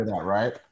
Right